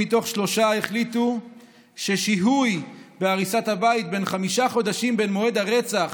מתוך שלושה החליטו ששיהוי בחמישה חודשים בין מועד הרצח